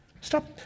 Stop